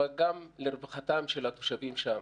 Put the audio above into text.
אבל גם לרווחתם של התושבים שם.